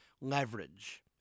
leverage